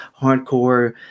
hardcore